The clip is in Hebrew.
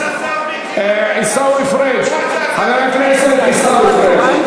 חבר הכנסת שמולי, אתה תכף עולה לדבר.